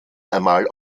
einmal